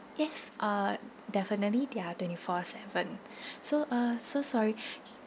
yes uh definitely they are twenty four seven so uh so sorry